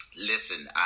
Listen